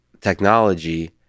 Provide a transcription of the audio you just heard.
technology